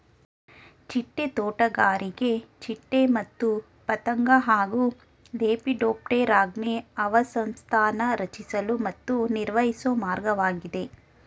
ಚಿಟ್ಟೆ ತೋಟಗಾರಿಕೆ ಚಿಟ್ಟೆ ಮತ್ತು ಪತಂಗ ಹಾಗೂ ಲೆಪಿಡೋಪ್ಟೆರಾನ್ಗೆ ಆವಾಸಸ್ಥಾನ ರಚಿಸಲು ಮತ್ತು ನಿರ್ವಹಿಸೊ ಮಾರ್ಗವಾಗಿದೆ